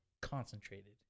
concentrated